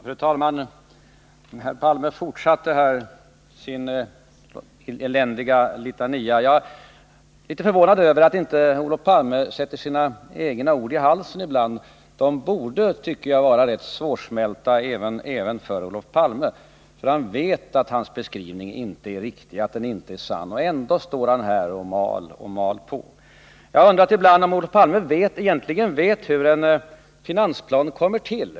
Fru talman! Herr Palme fortsatte sin eländiga litania. Jag är litet förvånad över att Olof Palme inte sätter sina egna ord i halsen. De borde vara rätt svårsmälta även för Olof Palme — han vet att hans beskrivning inte är sann, och ändå står han här och mal och mal. Jag har ibland undrat om Olof Palme egentligen vet hur en finansplan kommer till.